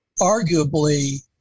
arguably